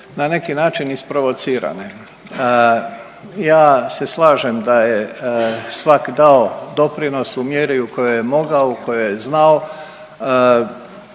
na neki način isprovocirane. Ja se slažem da je svak dao doprinos u mjeri u kojoj je mogao, u kojoj je znao